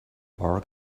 bar